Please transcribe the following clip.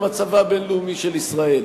במצב הבין-לאומי של ישראל.